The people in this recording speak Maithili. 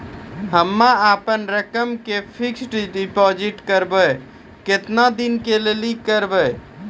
हम्मे अपन रकम के फिक्स्ड डिपोजिट करबऽ केतना दिन के लिए करबऽ?